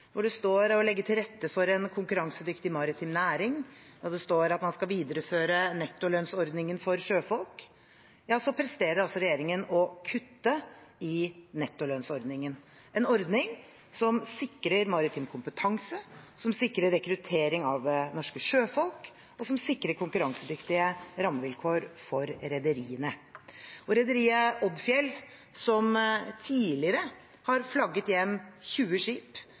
det står «å legge til rette for en konkurransekraftig maritim næring», og der det står at man skal «videreføre nettolønnsordningen for sjøfolk», presterer altså regjeringen å kutte i nettolønnsordningen, en ordning som sikrer maritim kompetanse, som sikrer rekruttering av norske sjøfolk, og som sikrer konkurransedyktige rammevilkår for rederiene. Rederiet Odfjell, som tidligere har flagget hjem 20 skip,